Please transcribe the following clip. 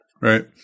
Right